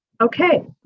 Okay